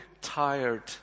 tired